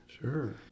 Sure